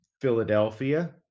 Philadelphia